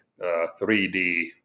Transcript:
3D